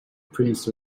prince